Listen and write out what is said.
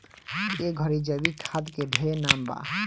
ए घड़ी जैविक खाद के ढेरे नाम बा